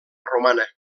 romana